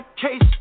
case